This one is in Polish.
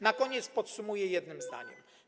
Na koniec podsumuję jednym zdaniem.